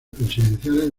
presidenciales